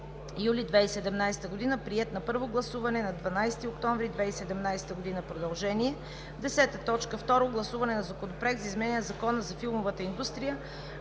юли 2017 г. Приет на първо гласуване на 12 октомври 2017 г. – продължение. 10. Второ гласуване на Законопроекта за изменение на Закона за филмовата индустрия.